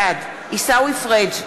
בעד עיסאווי פריג'